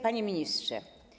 Panie Ministrze!